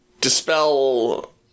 dispel